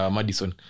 Madison